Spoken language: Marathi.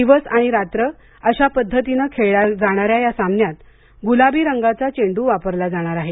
दिवस आणि रात्र अशा पद्धतीने खेळल्या जाणाऱ्या या सामन्यात गुलाबी रंगाचा चेंडू वापरला जाणार आहे